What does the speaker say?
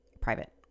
private